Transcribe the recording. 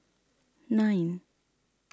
nine